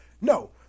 No